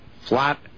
flat